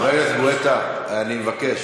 חבר הכנסת גואטה, אני מבקש.